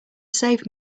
save